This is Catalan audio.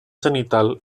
genital